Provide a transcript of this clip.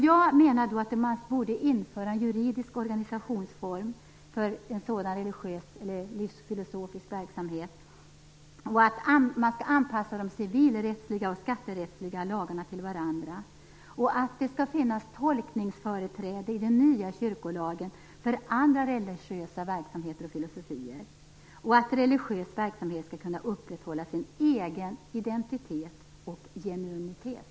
Jag menar att man borde införa en juridisk organisationsform för en sådan religiös eller livsfilosofisk verksamhet och att man skall anpassa de civilrättsliga och rättsliga lagarna till varandra. Det skall finnas tolkningsföreträde i den nya kyrkolagen för andra religiösa verksamheter och filosofier. Religiös verksamhet skall kunna upprätthålla sin egen identitet och genuinitet.